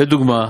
לדוגמה: